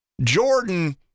Jordan